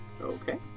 Okay